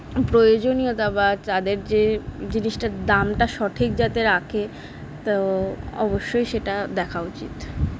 প্রয়োজনীয়তা বা তাদের যে জিনিসটার দামটা সঠিক যাতে রাখে তো অবশ্যই সেটা দেখা উচিত